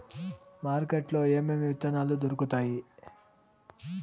market లో ఏమేమి విత్తనాలు దొరుకుతాయి